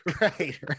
Right